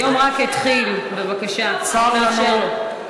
היום רק התחיל, בבקשה, נא לאפשר.